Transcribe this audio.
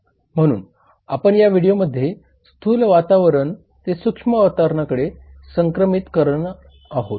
म्हणून आपण या व्हिडिओमध्ये स्थूल वातावर ते सूक्ष्म वातावरणाकडे संक्रमण करीत आहोत